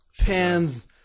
pens